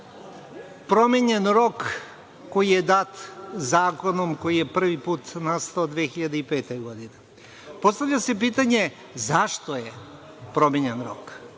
promenjen rok koji je dat zakonom koji je prvi put nastao 2005. godine. Postavlja se pitanje – zašto je promenjen rok?